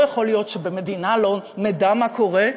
לא יכול להיות שבמדינה לא נדע מה קורה.